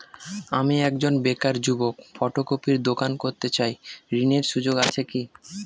আমি একজন বেকার যুবক ফটোকপির দোকান করতে চাই ঋণের সুযোগ আছে কি?